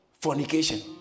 fornication